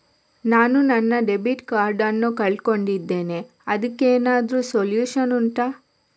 ನಾನು ನನ್ನ debit card ನ್ನು ಕಳ್ಕೊಂಡಿದ್ದೇನೆ ಅದಕ್ಕೇನಾದ್ರೂ ಸೊಲ್ಯೂಷನ್ ಉಂಟಾ